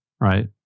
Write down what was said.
Right